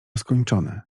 skończone